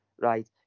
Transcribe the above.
right